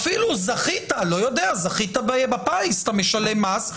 אפילו זכית בפיס אתה משלם מס,